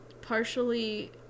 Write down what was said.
partially